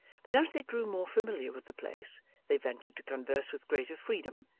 but as they grew more familiar with the place they ventured to converse with greater freedom,